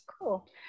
cool